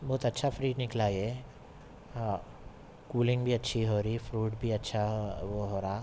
بہت اچھا فرج نکلا یہ ہاں کولنگ بھی اچھی ہو رہی فروٹ بھی اچھا وہ ہو رہا